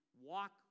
walk